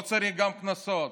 לא צריך גם קנסות.